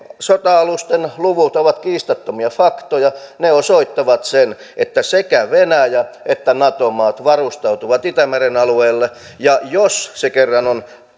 sota alusten luvut ovat kiistattomia faktoja ne osoittavat sen että sekä venäjä että nato maat varustautuvat itämeren alueella ja jos se kerran on